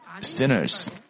sinners